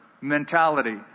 mentality